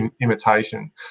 imitation